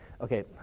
Okay